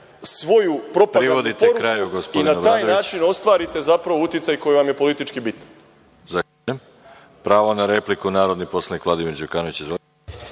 svoju propagandnu poruku i na taj način ostvarite zapravo uticaj koji vam je politički bitan.